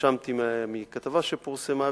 התרשמתי מכתבה שפורסמה,